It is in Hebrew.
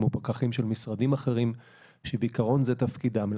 פקחים של משרדים אחרים שבעיקרון זה תפקידם.